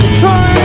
try